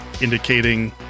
Indicating